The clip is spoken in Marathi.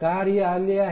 कार्य आले आहे